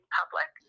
public